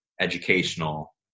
educational